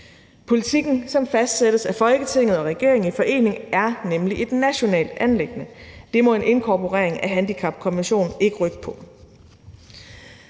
Politikken, som fastsættes af Folketinget og regeringen i forening, er nemlig et nationalt anliggende. Det må en inkorporering af handicapkonventionen ikke rykke ved.